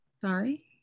Sorry